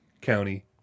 county